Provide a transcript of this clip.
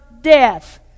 death